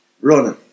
running